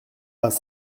pas